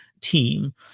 Team